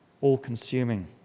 all-consuming